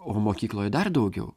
o mokykloje dar daugiau